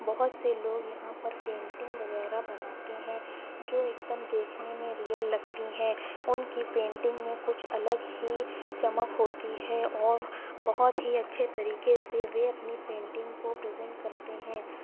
بہت سے لوگ یہاں پر پینٹنگ وغیرہ بناتے ہیں جو ایک دم دیکھنے میں ریئل لگتی ہیں ان کی پینٹنگ میں کچھ الگ ہی چمک ہوتی ہے اور بہت ہی اچھے طریقے سے وہ اپنی پینٹگ کو پرزینٹ کرتے ہیں